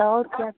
और क्या